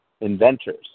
inventors